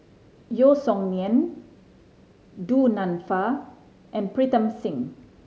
Yeo Song Nian Du Nanfa and Pritam Singh